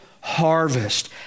harvest